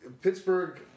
Pittsburgh